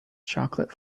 chocolate